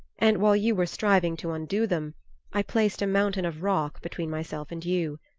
and while you were striving to undo them i placed a mountain of rock between myself and you.